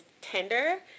tender